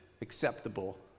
acceptable